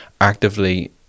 actively